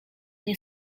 nie